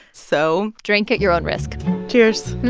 so. drink at your own risk cheers